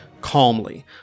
calmly